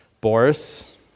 Boris